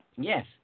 Yes